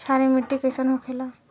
क्षारीय मिट्टी कइसन होखेला?